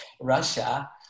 Russia